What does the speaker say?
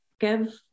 Give